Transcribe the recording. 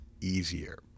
easier